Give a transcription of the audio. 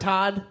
Todd